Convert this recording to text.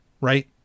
right